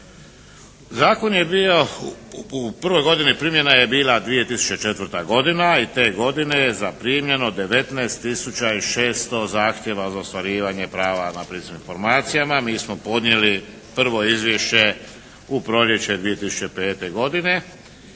Zakon je bio, u prvoj godini primjena je bila 2004. godina i te godine je zaprimljeno 19 tisuća i 600 zahtjeva za ostvarivanje prava na pristup informacijama. Mi smo podnijeli prvo izvješće u proljeće 2005. godine